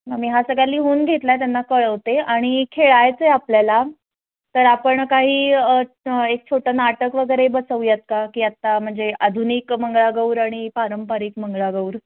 मग मी हा सगळा लिहून घेतला आहे त्यांना कळवते आणि खेळायचं आहे आपल्याला तर आपण काही एक असं छोटं नाटक वगैरे बसवूयात का की आत्ता म्हणजे आधुनिक मंगळागौर आणि पारंपारिक मंगळागौर